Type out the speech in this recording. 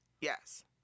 Yes